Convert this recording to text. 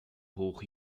hoch